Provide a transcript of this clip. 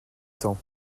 temps